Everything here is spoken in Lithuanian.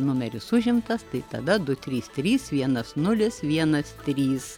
numeris užimtas tai tada du trys trys vienas nulis vienas trys